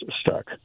stuck